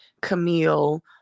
Camille